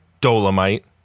Dolomite